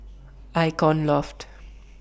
Icon Loft